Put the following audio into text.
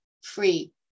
free